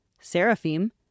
Seraphim